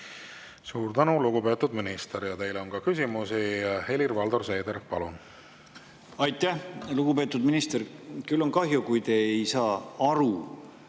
Suur tänu, lugupeetud minister! Teile on ka küsimusi. Helir-Valdor Seeder, palun! Aitäh! Lugupeetud minister! Küll on kahju, kui te ei saa aru,